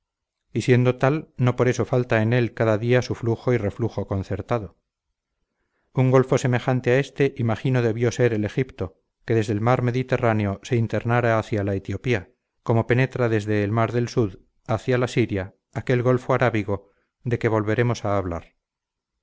siendo tal no por eso falta en él cada día su flujo y reflujo concertado un golfo semejante a éste imagino debió ser el egipto que desde el mar mediterráneo se internara hacia la etiopía como penetra desde el mar del sud hacia la siria aquel golfo arábigo de que volveremos a hablar